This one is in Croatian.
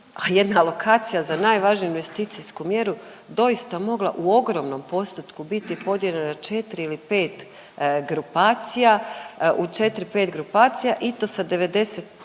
jedna lokacija za najvažniju investicijsku mjeru doista mogla u ogromnom postotku biti podijeljena na 4 ili 5 grupacija, u 4-5